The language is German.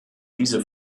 diese